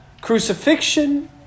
crucifixion